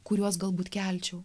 kuriuos galbūt kelčiau